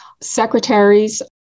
Secretaries